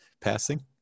passing